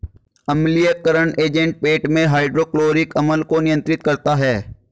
अम्लीयकरण एजेंट पेट में हाइड्रोक्लोरिक अम्ल को नियंत्रित करता है